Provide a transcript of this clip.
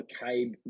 McCabe